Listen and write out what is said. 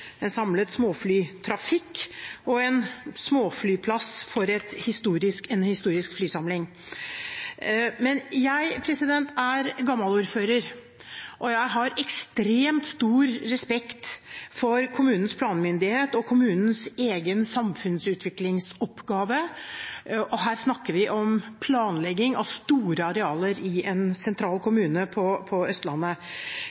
en samlet småflytrafikk og en småflyplass for en historisk flysamling. Men jeg er tidligere ordfører. Jeg har ekstremt stor respekt for kommunens planmyndighet og kommunens egen samfunnsutviklingsoppgave, og her snakker vi om planlegging av store arealer i en sentral